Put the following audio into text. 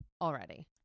already